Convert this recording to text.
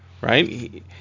right